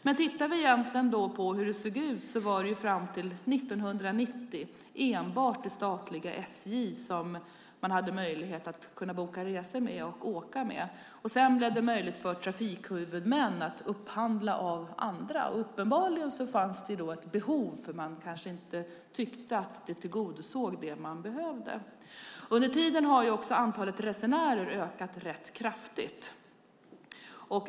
Men fram till 1990 var det enbart det statliga SJ som man hade möjlighet att boka resor hos och åka med. Sedan blev det möjligt för trafikhuvudmän att upphandla av andra. Uppenbarligen fanns det då ett behov som man kanske inte tyckte tillgodosågs. Under tiden har också antalet resenärer ökat rätt kraftigt.